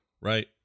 Right